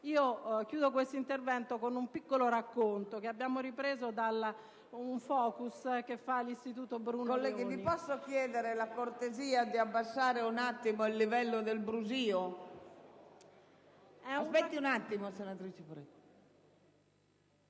concludo questo mio intervento con un piccolo racconto, che abbiamo ripreso da un *focus* dell'istituto «Bruno Leoni».